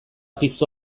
piztu